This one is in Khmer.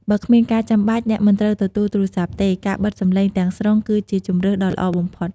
បើគ្មានការចាំបាច់ អ្នកមិនត្រូវទទួលទូរស័ព្ទទេ ការបិទសំឡេងទាំងស្រុងគឺជាជម្រើសដ៏ល្អបំផុត។